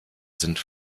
sind